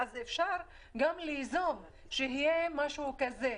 אפשר גם ליזום מקום כזה.